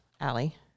Allie